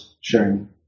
sharing